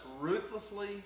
ruthlessly